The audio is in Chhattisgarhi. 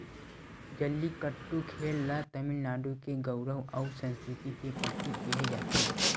जल्लीकट्टू खेल ल तमिलनाडु के गउरव अउ संस्कृति के परतीक केहे जाथे